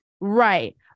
Right